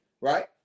right